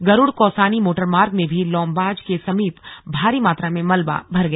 गरुड़ कौसानी मोटरमार्ग में भी लौबांज के समीप भारी मात्रा में मलबा भर गया